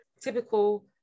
typical